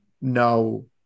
no